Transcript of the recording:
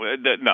no